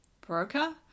broker